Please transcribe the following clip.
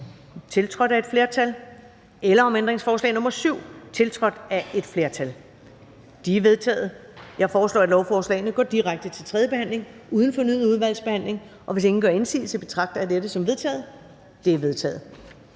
tiltrådt af et flertal (udvalget med undtagelse af NB og LA)? Det er vedtaget. Jeg foreslår, at lovforslaget går direkte videre til tredje behandling uden fornyet udvalgsbehandling. Hvis ingen gør indsigelse, betragter jeg det som vedtaget. Det er vedtaget.